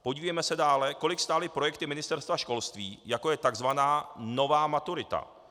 Podívejme se dále, kolik stály projekty Ministerstva školství, jako je tzv. nová maturita.